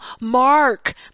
mark